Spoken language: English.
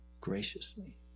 graciously